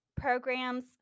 programs